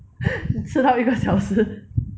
迟到一个小时